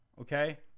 okay